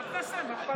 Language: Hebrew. בוא תעשה, מה אכפת לך.